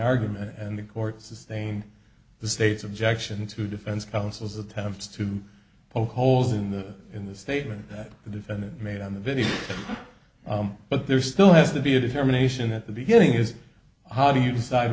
argument and the court sustain the state's objection to defense counsel's attempts to poke holes in the in the statement that the defendant made on the video but there still has to be a determination at the beginning is how do you decide